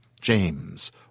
James